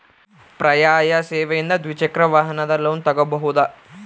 ಪರ್ಯಾಯ ಸೇವೆಯಿಂದ ದ್ವಿಚಕ್ರ ವಾಹನದ ಲೋನ್ ತಗೋಬಹುದಾ?